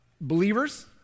believers